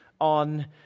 on